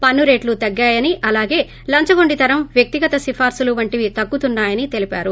పన్ను రేట్లు తగ్గాయని అలాగే లంచగొండితనం వ్యక్తిగత సిఫార్పులు వంటివి తగ్గుతున్నా యని తెలిపారు